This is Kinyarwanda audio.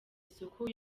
isuku